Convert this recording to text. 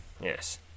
Yes